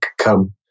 come